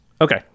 okay